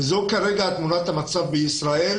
זו כרגע תמונת המצב בישראל.